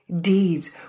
deeds